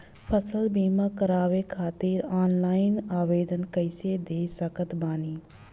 फसल बीमा करवाए खातिर ऑनलाइन आवेदन कइसे दे सकत बानी?